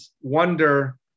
wonder